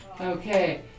Okay